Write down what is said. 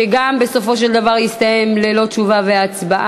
שגם היא בסופו של דבר ללא תשובה והצבעה,